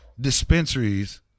dispensaries